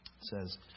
says